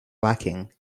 lacking